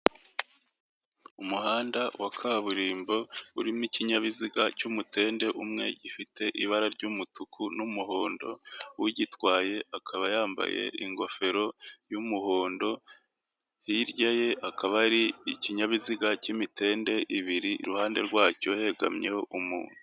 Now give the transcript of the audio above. Umuhanda wa kaburimbo urimo ikinyabiziga cy'umutende umwe gifite ibara ry'umutuku n'umuhondo, ugitwaye akaba yambaye ingofero y'umuhondo hirya ye hakaba hari ikinyabiziga cy'imitende ibiri iruhande rwacyo hegamyeho umuntu.